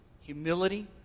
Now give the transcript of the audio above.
humility